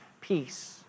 peace